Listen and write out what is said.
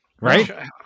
Right